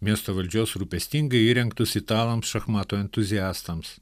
miesto valdžios rūpestingai įrengtus italams šachmatų entuziastams